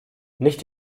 nicht